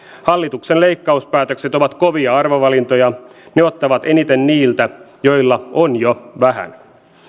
hallituksen leikkauspäätökset ovat kovia arvovalintoja ne ottavat eniten niiltä joilla on jo vähän